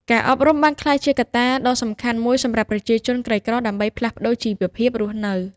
ការអប់រំបានក្លាយជាកត្តាដ៏សំខាន់មួយសម្រាប់ប្រជាជនក្រីក្រដើម្បីផ្លាស់ប្ដូរជីវភាពរស់នៅ។